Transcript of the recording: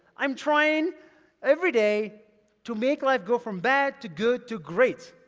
i'm trying every day to make life go from bad to good to great.